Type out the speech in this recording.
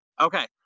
Okay